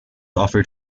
offered